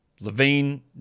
Levine